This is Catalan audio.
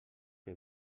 que